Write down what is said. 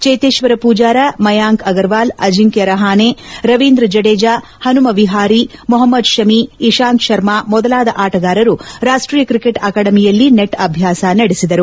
ಚೇತೇಶ್ವರ ಮೂಜಾರ ಮಯಾಂಕ್ ಅಗರ್ವಾಲ್ ಅಜಿಂಕ್ಡಾ ರಹಾನೆ ರವೀಂದ್ರ ಜಡೇಜಾ ಪನುಮ ವಿಹಾರಿ ಮೊಹಮ್ನದ್ ಶಮಿ ಇಶಾಂತ್ ಶರ್ಮಾ ಮೊದಲಾದ ಆಟಗಾರರು ರಾಷ್ಷೀಯ ಕ್ರಿಕೆಟ್ ಅಕಾಡೆಮಿಯಲ್ಲಿ ನೆಟ್ ಅಭ್ಲಾಸ ನಡೆಸಿದರು